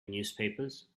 newspapers